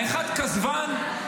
האחד כזבן,